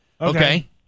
Okay